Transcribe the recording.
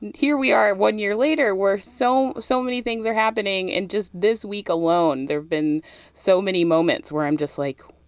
here we are one year later, where so so many things are happening. in and just this week alone, there have been so many moments where i'm just, like.